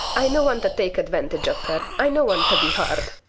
i no wanta take advantage of her, i no wanta be hard.